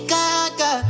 Gaga